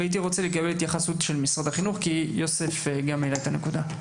הייתי רוצה לקבל התייחסות של משרד החינוך כי גם יוסף העלה את הנקודה.